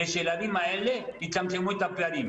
כדי שהילדים האלה יצמצמו את הפערים.